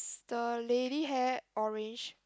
the lady hair orange